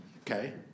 okay